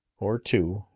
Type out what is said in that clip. or two.